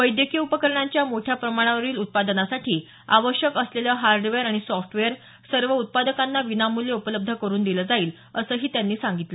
वैद्यकीय उपकरणांच्या मोठ्या प्रमाणावरील उत्पादनासाठी आवश्यक असलेलं हार्डवेअर आणि सॉफ्टवेअर सर्व उत्पादकांना विनामूल्य उपलब्ध करून दिलं जाईल असंही त्यांनी सांगितलं